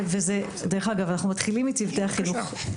דרך אגב, אנחנו מתחילים מצוותי החינוך.